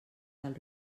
del